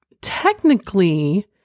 technically